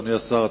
אדוני השר,